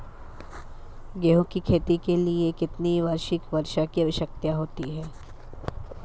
गेहूँ की खेती के लिए कितनी वार्षिक वर्षा की आवश्यकता होती है?